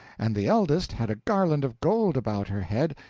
and the eldest had a garland of gold about her head,